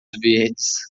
verdes